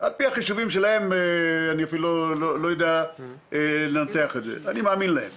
על פי החישובים שלהם ואני לא יודע לנתח את זה אני מאמין להם